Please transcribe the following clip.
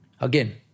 Again